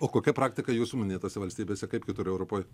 o kokia praktika jūsų minėtose valstybėse kaip kitur europoj